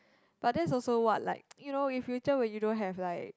but that's also what like you know in future when you don't have like